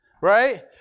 Right